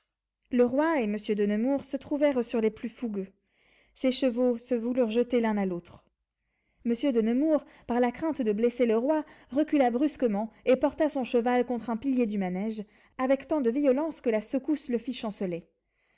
le roi et monsieur de nemours se trouvèrent sur les plus fougueux ces chevaux se voulurent jeter l'un à l'autre monsieur de nemours par la crainte de blesser le roi recula brusquement et porta son cheval contre un pilier du manège avec tant de violence que la secousse le fit